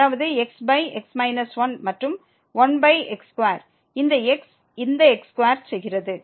அதாவது xx 1 மற்றும் 1x2 இந்த x இந்த x2ஐ செய்கிறது